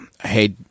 Hey